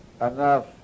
enough